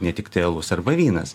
ne tiktai alus arba vynas